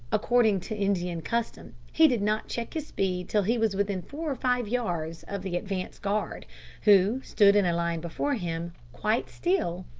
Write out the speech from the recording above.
according to indian custom, he did not check his speed till he was within four or five yards of the advance-guard, who stood in a line before him, quite still,